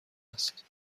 است